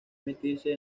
emitirse